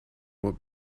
what